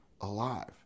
alive